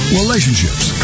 relationships